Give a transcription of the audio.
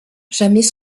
jamais